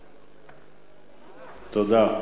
תודה.